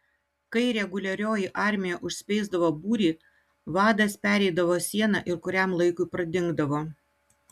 kai reguliarioji armija užspeisdavo būrį vadas pereidavo sieną ir kuriam laikui pradingdavo